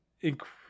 incredible